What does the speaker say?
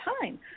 time